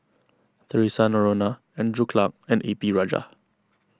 theresa Noronha Andrew Clarke and A P Rajah